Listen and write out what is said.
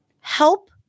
help